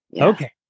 Okay